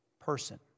person